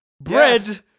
bread